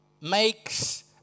makes